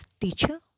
teacher